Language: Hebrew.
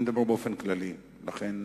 אני מדבר באופן כללי ולכן